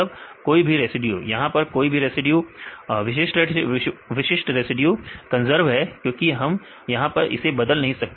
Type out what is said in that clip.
विद्यार्थी कोई भी रेसिड्यू यहां पर कोई भी रेसिड्यू विद्यार्थी विशिष्ट रेसिड्यू विशिष्ट रेसिड्यू कंजर्व है क्योंकि हम यहां पर इसे बदल नहीं सकते